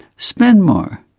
spend more.